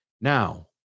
now